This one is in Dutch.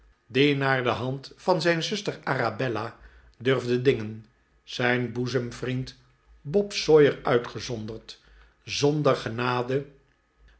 die naar de hand van zijn zuster arabella durfde dingen zijn boezemvriend bob sawyer uitgezonderd zonder genade